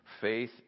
faith